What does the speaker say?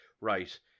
right